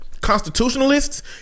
constitutionalists